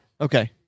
Okay